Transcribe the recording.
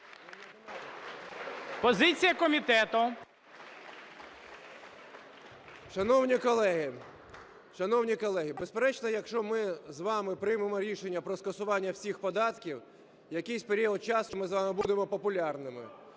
ГЕТМАНЦЕВ Д.О. Шановні колеги, безперечно, якщо ми з вами приймемо рішення про скасування всіх податків, якийсь період часу ми з вами будемо популярними,